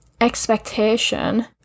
expectation